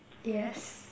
yes